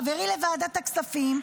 חברי לוועדת הכספים,